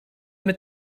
mit